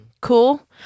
cool